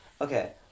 Okay